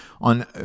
on